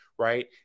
Right